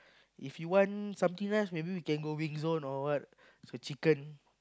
if you want something nice maybe we can go big zone got chicken